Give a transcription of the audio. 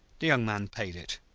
the young man paid it.